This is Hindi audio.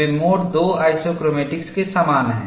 वे मोड II आइसोक्रोमैटिक्स के समान हैं